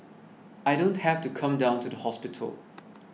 I don't have to come down to the hospital